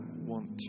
want